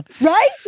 right